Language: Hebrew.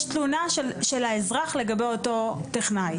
יש תלונה של האזרח לגבי אותו טכנאי.